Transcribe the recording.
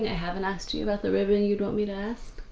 haven't asked you you about the ribbon you'd want me to ask?